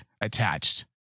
attached